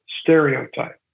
stereotype